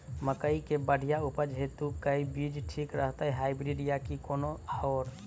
मकई केँ बढ़िया उपज हेतु केँ बीज ठीक रहतै, हाइब्रिड आ की कोनो आओर?